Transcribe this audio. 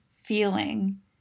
feeling